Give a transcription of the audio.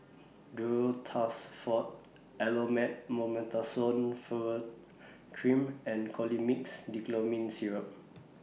Duro Tuss Forte Elomet Mometasone Furoate Cream and Colimix Dicyclomine Syrup